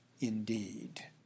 indeed